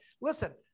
listen